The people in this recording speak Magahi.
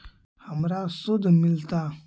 हमरा शुद्ध मिलता?